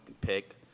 pick